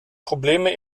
probleme